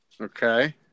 Okay